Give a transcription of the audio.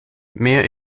mir